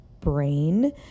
brain